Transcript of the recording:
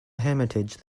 hermitage